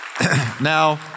Now